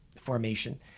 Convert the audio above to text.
formation